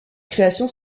création